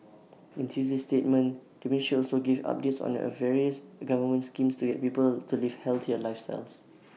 in Tuesday's statement the ministry also gave updates on the various government schemes to get people to live healthier lifestyles